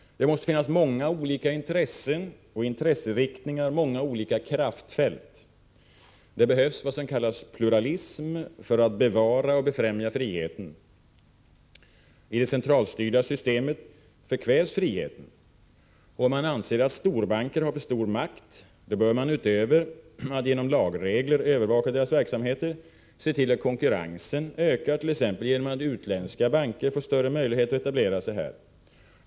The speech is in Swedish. Det måste finnas många olika intressen och intresseriktningar, många olika kraftfält. Det behövs vad som kallas ”pluralism” för att bevara och befrämja friheten. I det centralstyrda systemet förkvävs friheten. Om man anser att storbanker har för stor makt, bör man utöver att genom lagregler övervaka deras verksamheter se till att konkurrensen ökar, t.ex. genom att utländska banker får större möjligheter att etablera sig här.